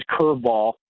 curveball